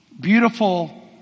beautiful